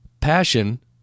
Passion